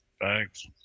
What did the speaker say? Thanks